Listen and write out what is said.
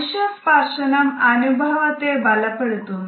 മനുഷ്യ സ്പർശനം അനുഭവത്തെ ബലപ്പെടുത്തുന്നു